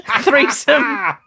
threesome